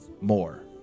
more